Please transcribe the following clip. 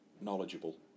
knowledgeable